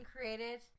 created